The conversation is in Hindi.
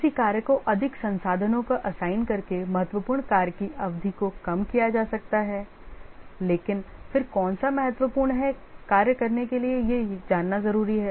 किसी कार्य को अधिक संसाधनों को असाइन करके महत्वपूर्ण कार्य की अवधि को कम किया जा सकता है लेकिन फिर कौन सा महत्वपूर्ण है कार्य करने के लिए यह जानना जरूरी है